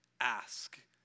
ask